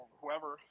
whoever